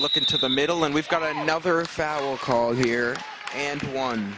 look into the middle and we've got another foul call here and one